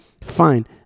fine